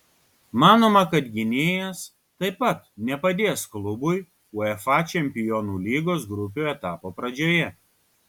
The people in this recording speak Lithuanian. manoma kad gynėjas taip pat nepadės klubui uefa čempionų lygos grupių etapo pradžioje